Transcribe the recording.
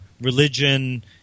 religion